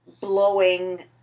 blowing